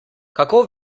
kako